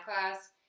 class